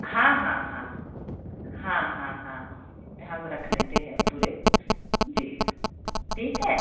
हाँ हाँ हाँ हाँ हाँ हाँ हम रख लेते हैं पूरे जी ठीक है